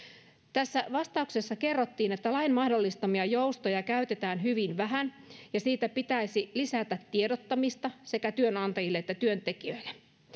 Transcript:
vastauksessa kerrottiin että lain mahdollistamia joustoja käytetään hyvin vähän ja siitä pitäisi lisätä tiedottamista sekä työnantajille että työntekijöille